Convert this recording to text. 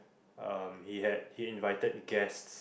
ah he had he invited guests